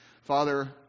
Father